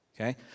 Okay